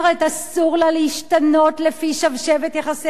אסור לה להשתנות לפי שבשבת יחסי החוץ